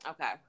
Okay